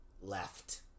left